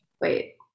wait